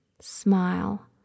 smile